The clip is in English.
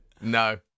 No